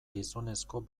gizonezko